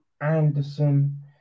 Anderson